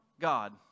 God